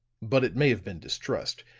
but it may have been distrust,